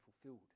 fulfilled